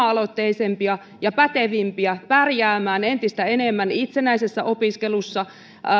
aloitteisimpia ja pätevimpiä pärjäämään entistä enemmän itsenäisessä opiskelussa